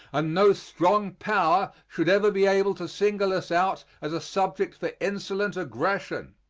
and no strong power should ever be able to single us out as a subject for insolent aggression.